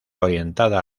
orientada